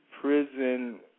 prison